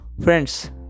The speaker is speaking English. friends